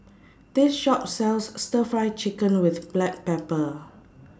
This Shop sells Stir Fry Chicken with Black Pepper